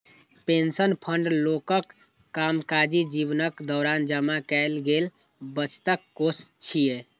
pension fund लोकक कामकाजी जीवनक दौरान जमा कैल गेल बचतक कोष छियै